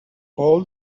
all